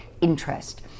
interest